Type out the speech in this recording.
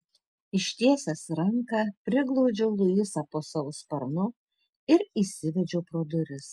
ištiesęs ranką priglaudžiau luisą po savo sparnu ir įsivedžiau pro duris